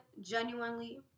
genuinely